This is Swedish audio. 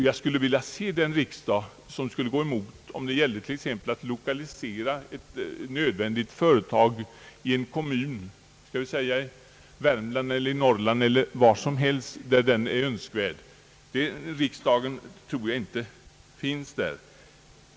Jag skulle vilja se den riksdag som skulle gå emot t.ex. lokalisering av ett nödvändigt företag till en kommun i Värmland, i Norrland eller var som helst där man önskar ha det.